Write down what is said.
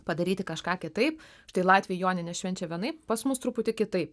padaryti kažką kitaip štai latviai jonines švenčia vienaip pas mus truputį kitaip